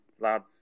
lads